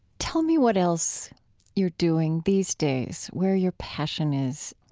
tell me what else you're doing these days, where your passion is.